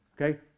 Okay